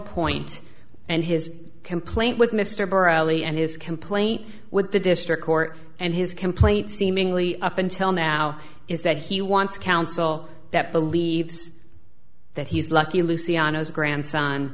point and his complaint with mr braley and his complaint with the district court and his complaint seemingly up until now is that he wants counsel that believes that he's lucky lucianne his grandson